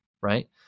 right